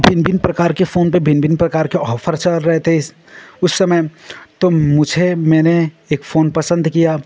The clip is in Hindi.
भिन्न भिन्न प्रकार के फोन पर भिन्न भिन्न प्रकार के ऑफर चल रहे थे उस समय तो मुझे मैंने एक फोन पसंद किया